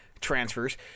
transfers